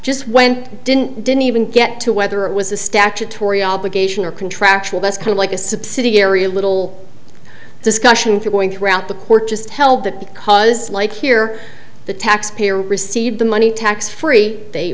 just went didn't didn't even get to whether it was a statutory obligation or contractual that's kind of like a subsidiary a little discussion going throughout the court just held that because like here the taxpayer received the money tax free they